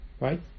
right